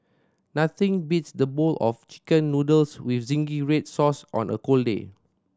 nothing beats the bowl of Chicken Noodles with zingy red sauce on a cold day